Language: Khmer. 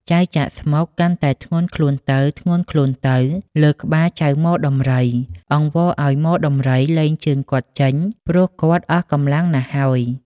ចៅចាក់ស្មុគ កាន់តែធ្ងន់ខ្លួនទៅៗ លើក្បាលចៅ ហ្មដំរី អង្វរឱ្យហ្មដំរី លែងជើងគាត់ចេញព្រោះគាត់អស់កំលាំងណាស់ហើយ។